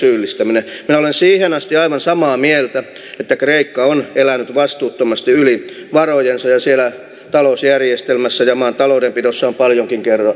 minä olen siihen asti aivan samaa mieltä että kreikka on elänyt vastuuttomasti yli varojensa ja siellä talousjärjestelmässä ja maan taloudenpidossa on paljonkin korjattavaa